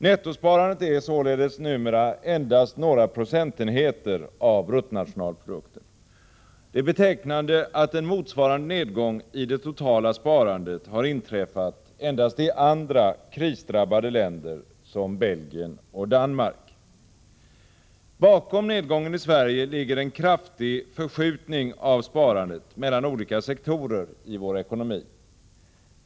Nettosparandet är således numera endast några procentenheter av bruttonationalprodukten. Det är betecknande att man har en motsvarande nedgång i det totala sparandet endast i andra krisdrabbade länder som Belgien och Danmark. Bakom nedgången i Sverige ligger en kraftig förskjutning av sparandet mellan olika sektorer i vår ekonomi.